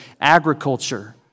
agriculture